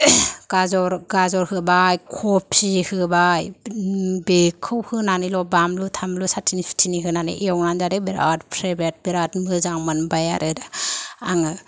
गाजर गाजर होबाय खफि होबाय बेखौ होनानैल' बानलु थामलु साटिनि सुटिनि होनानै एवनानै जादो बिराद फेब्रेट बिराद मोजां मोनबाय आरो दा आङो